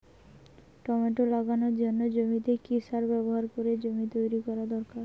Tomato লাগানোর জন্য জমিতে কি সার ব্যবহার করে জমি তৈরি করা দরকার?